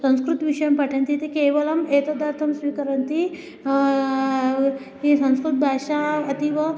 संस्कृतविषयं पठन्ति इति केवलम् एतदर्थं स्वीकरन्ति संस्कृतभाषा अतीव